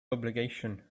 obligation